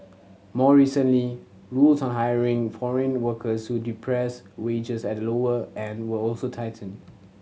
more recently rules on hiring foreign workers who depress wages at the lower end were also tightened